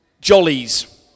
Jollies